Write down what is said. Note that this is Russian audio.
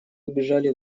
убежали